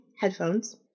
headphones